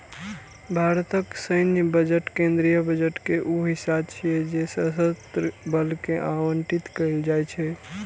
भारतक सैन्य बजट केंद्रीय बजट के ऊ हिस्सा छियै जे सशस्त्र बल कें आवंटित कैल जाइ छै